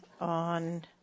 on